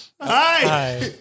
hi